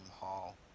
hall